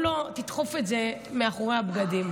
אני חייבת להגיד משהו אחד.